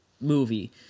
movie